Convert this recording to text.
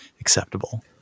acceptable